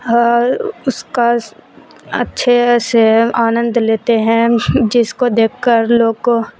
اور اس کا اچھے سے آنند لیتے ہیں جس کو دیکھ کر لوگ کو